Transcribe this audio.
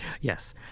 Yes